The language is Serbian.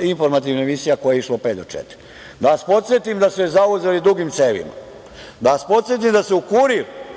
informativna emisija koja je išla u pet do četiri? Da vas podsetim da su je zauzeti dugim cevima. Da vas podsetim da su u Kurir